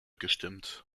gestimmt